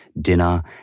dinner